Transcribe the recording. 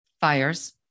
fires